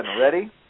ready